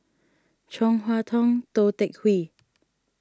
Chong Hua Tong Tou Teck Hwee